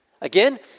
Again